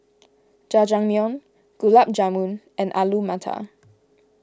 Jajangmyeon Gulab Jamun and Alu Matar